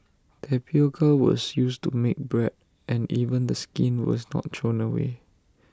tapioca was used to make bread and even the skin was not thrown away